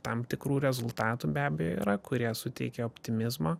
tam tikrų rezultatų be abejo yra kurie suteikė optimizmo